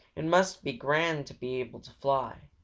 it must be grand to be able to fly.